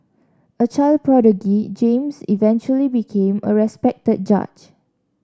a child prodigy James eventually became a respected judge